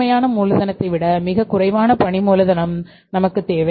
உண்மையான மூலதனத்தை விட மிகக் குறைவான பணி மூலதனம் நமக்குத் தேவை